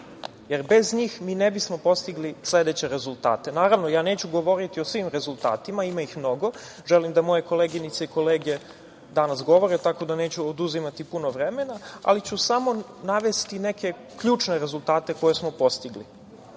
jer bez njih mi ne bi smo postigli sledeće rezultate. Neću govoriti o svim rezultatima, ima ih mnogo, želim da moje koleginice i kolege danas govore, tako da neću oduzimati putno vremena, ali ću samo navesti neke ključne rezultate koje smo postigli. Jedan